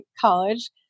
college